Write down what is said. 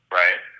right